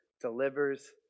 delivers